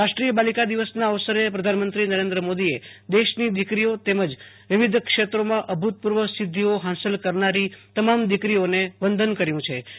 રાષ્ટ્રીય બાલિકા દિવસના અવસરે પ્રધાનમંત્રી નરેન્દ્ર મોદીએ દેશની દીકરીઓ તેમજ વિવિધ ક્ષેત્રોમાં અભૂ તપૂ ર્વ સિદ્ધિઓ હાંસલ કરનાર તમામ દીકરીઓને વંદન કર્યૂંછે